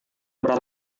berat